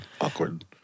awkward